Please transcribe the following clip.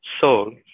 soul